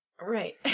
Right